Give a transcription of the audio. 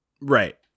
Right